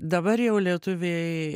dabar jau lietuviai